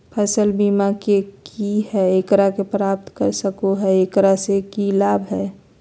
फसल बीमा की है, एकरा के प्राप्त कर सको है, एकरा से की लाभ है?